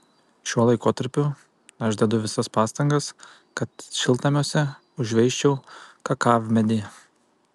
šiuo laikotarpiu aš dedu visas pastangas kad šiltnamiuose užveisčiau kakavmedį